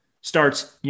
starts